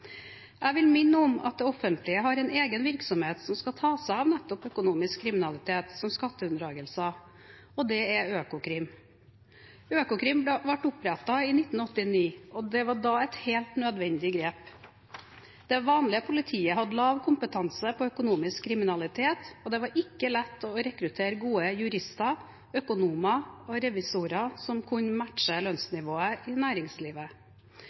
Jeg vil minne om at det offentlige har en egen virksomhet som skal ta seg av nettopp økonomisk kriminalitet, som skatteunndragelser, og det er Økokrim. Økokrim ble opprettet i 1989, og det var da et helt nødvendig grep. Det vanlige politiet hadde lav kompetanse på økonomisk kriminalitet, og det var ikke lett å rekruttere gode jurister, økonomer og revisorer som kunne matche lønnsnivået i næringslivet.